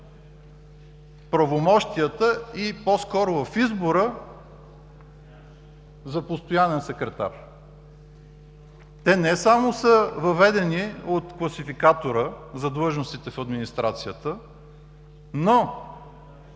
правомощията и по-скоро в избора за постоянен секретар. Те не само са въведени от класификатора за длъжностите в администрацията, но